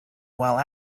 while